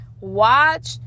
Watch